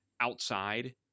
outside